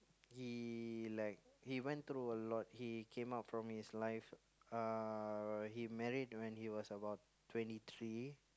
he like he went through a lot he came out from his life uh he married when he was about twenty three